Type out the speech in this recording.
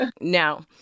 Now